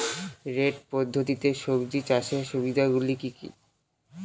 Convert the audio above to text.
Bed পদ্ধতিতে সবজি চাষের সুবিধাগুলি কি কি?